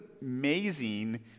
amazing